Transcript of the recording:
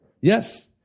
Yes